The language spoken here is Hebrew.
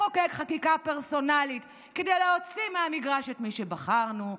לחוקק חקיקה פרסונלית כדי להוציא מהמגרש את מי שבחרנו,